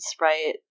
right